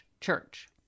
church